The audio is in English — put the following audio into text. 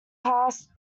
passed